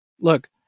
Look